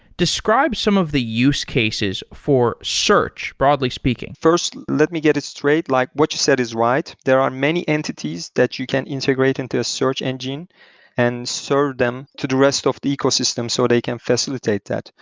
describe some of the use cases for search, broadly speaking. first, let me get it straight. like what you said is right. there are many entities that you can integrate into a search engine and serve them to the rest of the ecosystem so they can facilitate that.